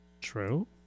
True